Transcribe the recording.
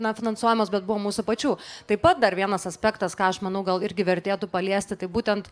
na finansuojamos bet buvo mūsų pačių taip pat dar vienas aspektas ką aš manau gal irgi vertėtų paliesti tai būtent